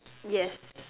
yes